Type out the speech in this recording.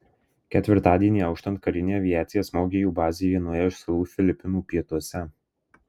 ketvirtadienį auštant karinė aviacija smogė jų bazei vienoje iš salų filipinų pietuose